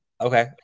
okay